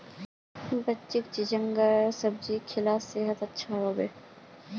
बच्चीक चिचिण्डार सब्जी खिला सेहद अच्छा रह बे